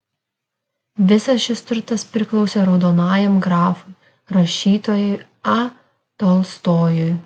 visas šis turtas priklausė raudonajam grafui rašytojui a tolstojui